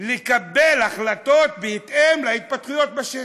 לקבל החלטות בהתאם להתפתחויות בשטח.